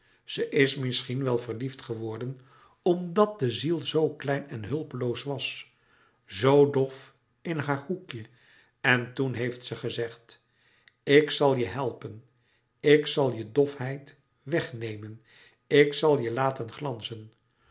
ze is misschien wel verliefd geworden omdàt de ziel zoo klein en hulpeloos was zoo dof in haar hoekje en toen heeft ze gezegd ik zal je louis couperus metamorfoze helpen ik zal je dofheid wegnemen ik zal je laten glanzen